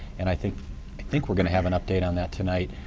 and i think think we're going to have an update on that tonight.